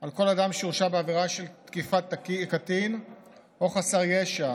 על כל אדם שהורשע בעבירה של תקיפת קטין או חסר ישע